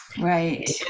Right